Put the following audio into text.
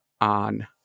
on